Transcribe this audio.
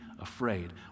afraid